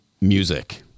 music